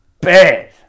Bad